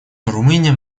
румыния